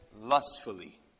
lustfully